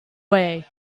way